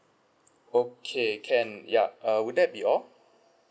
okay can yup err would that be all